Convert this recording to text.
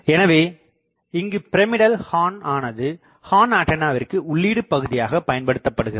எனவே இங்குப் பிரமிடல்ஹார்ன்ஆனது ஹார்ன் ஆண்டனாவிற்கு உள்ளீடு பகுதியாகப் பயன்படுத்தப்படுகிறது